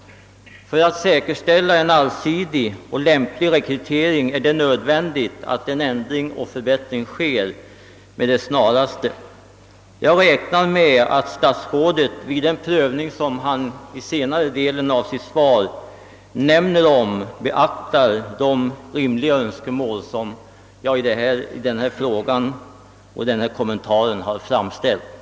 För att säkerställa en allsidig och lämplig rekrytering är det nödvändigt, att en ändring och förbättring sker med det snaraste. Jag räknar med att statsrådet vid den prövning som han i senare delen av sitt svar nämner beaktar de rimliga önskemål som jag i min fråga och i denna kommentar har framställt.